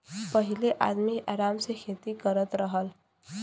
पहिले आदमी आराम से खेती करत रहल